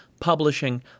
Publishing